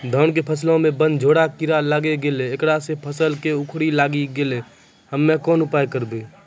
धान के फसलो मे बनझोरा कीड़ा लागी गैलै ऐकरा से फसल मे उखरा लागी गैलै हम्मे कोन उपाय करबै?